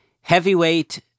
heavyweight